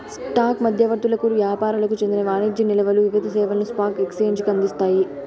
stock మధ్యవర్తులకు యాపారులకు చెందిన వాణిజ్య నిల్వలు వివిధ సేవలను స్పాక్ ఎక్సేంజికి అందిస్తాయి